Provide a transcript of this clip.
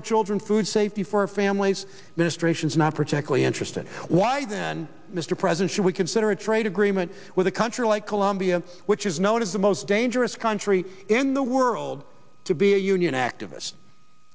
our children food safety for families ministrations not particularly interested why then mr president should we consider a trade agreement with a country like colombia which is known as the most dangerous country in the world to be a union activist